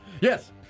Yes